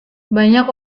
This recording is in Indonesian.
banyak